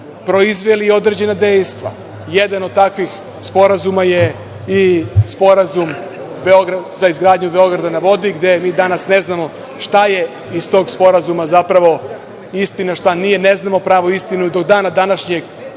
proizveli i određena dejstva. Jedan od takvih sporazuma je i Sporazum za izgradnju „Beograda na vodi“, gde mi danas ne znamo šta je iz tog sporazuma zapravo istina, a šta nije, ne znamo pravu istinu i do dana današnjeg